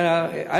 א.